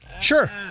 Sure